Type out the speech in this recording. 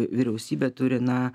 vyriausybė turi na